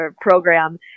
program